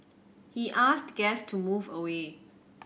he asked guest to move away